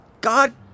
God